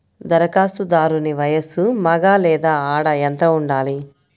ధరఖాస్తుదారుని వయస్సు మగ లేదా ఆడ ఎంత ఉండాలి?